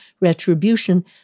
retribution